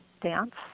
dance